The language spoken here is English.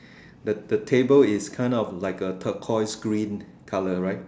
the table is kind of a turquoise green colour right